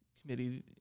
committee